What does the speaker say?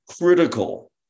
critical